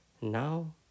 now